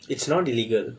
it's not illegal